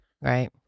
Right